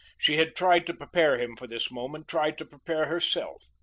she had tried to prepare him for this moment tried to prepare herself.